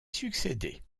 succéder